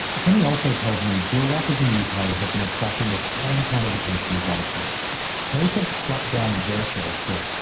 kenny also tells me drill rappers in the uk have been attracting the same kind of attention as onefour police have shut down their shows too.